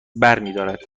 برمیدارد